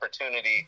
opportunity